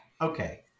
Okay